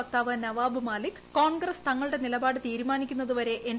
വക്താവ് നവാബ് മാലിക് കോൺഗ്രസ് തങ്ങളുടെ നിലപാട് തീരുമാനിക്കുന്നതു വരെ എൻ